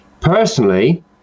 Personally